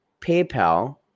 PayPal